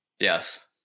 Yes